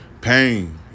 pain